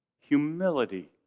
humility